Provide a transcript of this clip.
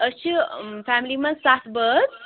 أسۍ چھِ فیملی منٛز سَتھ بٲژ